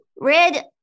Red